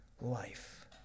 life